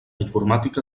informàtica